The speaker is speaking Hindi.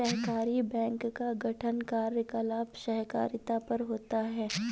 सहकारी बैंक का गठन कार्यकलाप सहकारिता पर होता है